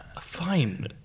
fine